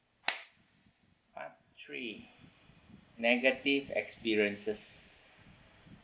part three negative experiences